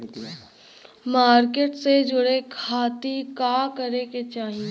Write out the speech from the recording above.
Market से जुड़े खाती का करे के चाही?